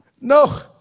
no